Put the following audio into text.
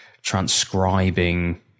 transcribing